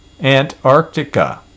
Antarctica